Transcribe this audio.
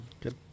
Good